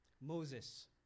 Moses